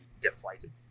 deflated